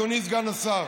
אדוני סגן השר,